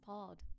Pod